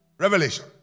revelation